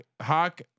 Hawk